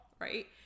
right